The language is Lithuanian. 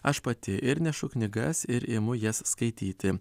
aš pati ir nešu knygas ir imu jas skaityti